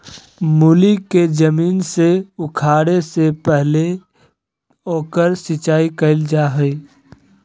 मूली के जमीन से उखाड़े से पहले ओकर सिंचाई कईल जा हइ